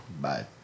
Bye